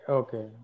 okay